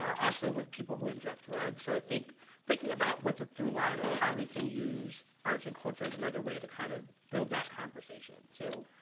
also with people who inject drugs, so i think thinking about what's a through line of how we can use hearts and culture as another way to kind of build that conversation. so